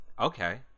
Okay